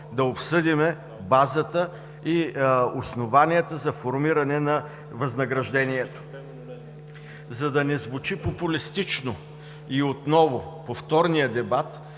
да обсъдим базата и основанията за формиране на възнаграждението. За да не звучи популистично и повторният дебат,